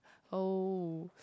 oh